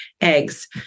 eggs